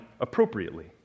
appropriately